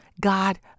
God